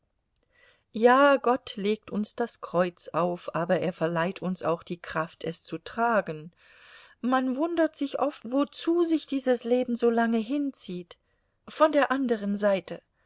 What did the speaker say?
ja gott legt uns das kreuz auf aber er verleiht uns auch die kraft es zu tragen man wundert sich oft wozu sich dieses leben so lange hinzieht von der andern seite